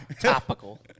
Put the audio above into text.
Topical